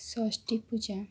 ଷଷ୍ଠୀପୂଜା